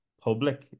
public